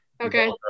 Okay